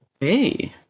Hey